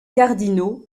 cardinaux